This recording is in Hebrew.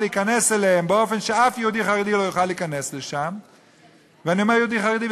הנחות, ואני אומר לכם את